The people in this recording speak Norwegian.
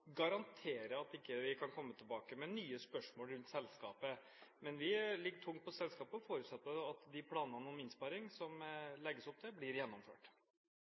garantere at vi ikke kan komme tilbake med nye spørsmål rundt selskapet. Men vi ligger tungt på selskapet og forutsetter at de planene om innsparing som det legges opp til, blir gjennomført.